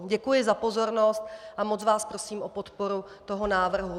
Děkuji za pozornost a moc vás prosím o podporu návrhu.